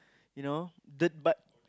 you know dirt bike